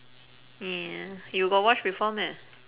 ya you got watch before meh